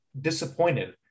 Disappointed